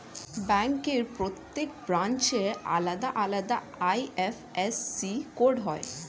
ব্যাংকের প্রত্যেক ব্রাঞ্চের আলাদা আলাদা আই.এফ.এস.সি কোড হয়